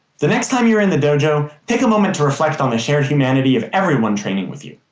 the next time you're in the dojo, take a moment to reflect on the shared humanity of everyone training with you.